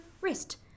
wrist